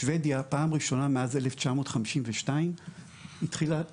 שבדיה פעם ראשונה מאז 1952 התחילה לשרוף,